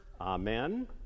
Amen